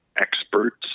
experts